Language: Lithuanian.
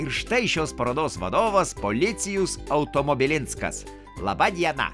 ir štai šios parodos vadovas policijus automobilinskas laba diena